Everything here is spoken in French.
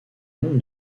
nom